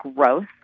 growth